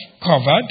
covered